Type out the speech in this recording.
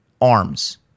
arms